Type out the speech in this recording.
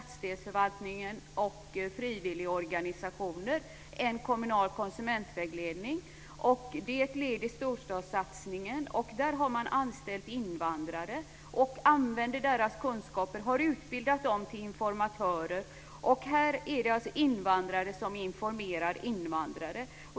Det är ett led i storstadssatsningen. Där har man anställt invandrare, och man använder deras kunskaper. Man har utbildat dem till informatörer. Här är det invandrare som informerar invandrare.